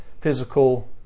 physical